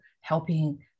helping